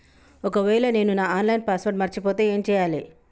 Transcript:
ఒకవేళ నేను నా ఆన్ లైన్ పాస్వర్డ్ మర్చిపోతే ఏం చేయాలే?